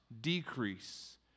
decrease